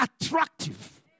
attractive